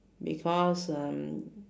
because um